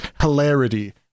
hilarity